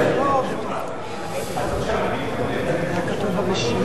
לרשותך ארבע דקות.